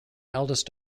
eldest